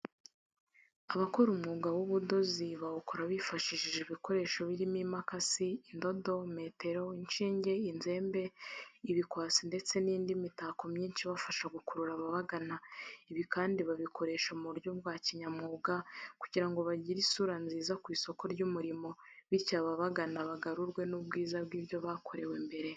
Abakora umwuga w'ubudozi bawukora bifashishije ibikoresho birimo imikasi, indodo, metero, ishinge, inzembe, ibikwasi ndetse n'indi mitako myishi ibafasha gukurura ababagana. Ibikandi babikoresha mu buryo bwa kinyamwuga kugirango bagire isura nziza ku isoko ry'umurimo byityo n'ababagana bagarurwe n'ubwiza bw'ibyo bakorewe mbere.